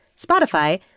Spotify